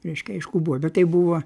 reiškia aišku buvo bet tai buvo